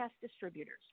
distributors